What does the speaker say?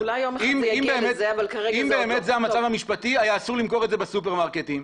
אם באמת זה היה המצב המשפטי היה אסור למכור את זה בסופר מרקטים.